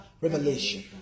revelation